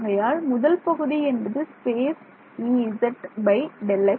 ஆகையால் முதல் பகுதி என்பது ஸ்பேஸ் Ez Δx